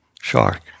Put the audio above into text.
shark